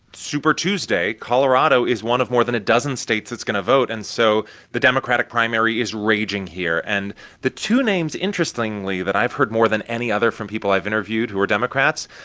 super tuesday, colorado is one of more than a dozen states that's going to vote. and so the democratic primary is raging here. and the two names interestingly that i've heard more than any other from people i've interviewed who are democrats,